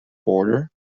border